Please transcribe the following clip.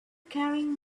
carrying